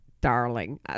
darling